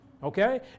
Okay